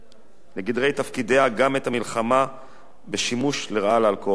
לגדרי תפקידיה גם את המלחמה בשימוש לרעה באלכוהול.